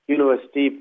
University